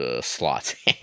slots